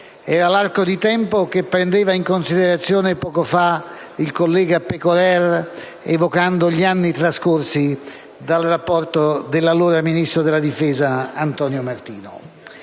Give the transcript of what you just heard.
(era l'arco di tempo che prendeva in considerazione poco fa il collega Pegorer, evocando gli anni trascorsi dal rapporto dell'allora ministro della difesa Antonio Martino).